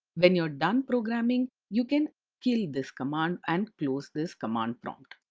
when you're done programming, you can kill this command and close this command prompt.